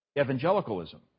evangelicalism